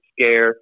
scare